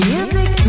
Music